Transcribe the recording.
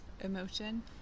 emotion